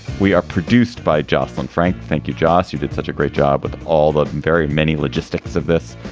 we are produced by jocelin frank. thank you. josh, you did such a great job with all the very many logistics of this.